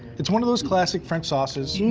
it's one of those classic french sauces,